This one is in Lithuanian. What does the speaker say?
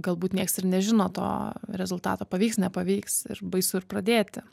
galbūt nieks ir nežino to rezultato pavyks nepavyks ir baisu ir pradėti